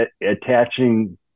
attaching